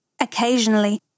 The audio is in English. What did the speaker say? Occasionally